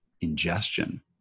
ingestion